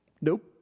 Nope